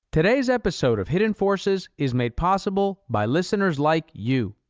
today's episode of hidden forces is made possible by listeners like you.